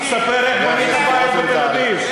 ספר איך בנית בית בתל-אביב.